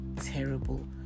terrible